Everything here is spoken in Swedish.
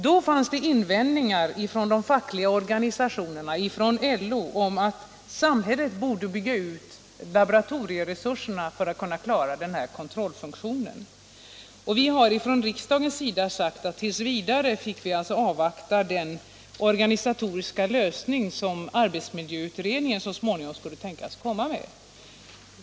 Då restes invändningen från de fackliga organisationerna och LO att samhället borde bygga ut laboratorieresurserna för att kunna klara kontrollfunktionen. Från riksdagens sida menade vi att vi t. v. fick avvakta den organisatoriska lösning som arbetsmiljöutredningen så småningom skulle tänkas komma med.